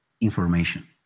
information